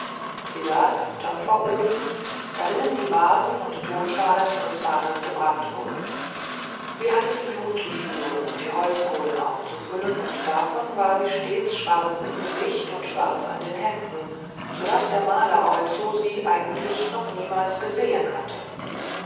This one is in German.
sie saß am töpferofen darinnen die vasen und tonschalen ihres vaters gebrannt wurden sie hatte die glut zu schüren und die holzkohlen aufzufüllen und davon war sie stets schwarz im gesicht und schwarz an den händen daß der maler oizo sie eigentlich noch niemals gesehen hatte